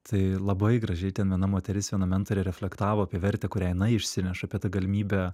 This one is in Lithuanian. tai labai gražiai ten viena moteris viena mentorė reflektavo apie vertę kurią jinai išsineša apie tą galimybę